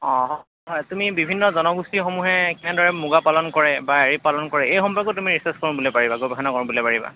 অঁ হয় তুমি বিভিন্ন জনগোষ্ঠীসমূহে কেনেদৰে মুগা পালন কৰে বা এৰী পালন কৰে এই সম্পৰ্কেও তুমি ৰিচাৰ্ছ কৰোঁ বুলি পাৰিবা গৱেষণা কৰোঁ বুলি পাৰিবা